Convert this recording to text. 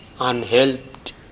unhelped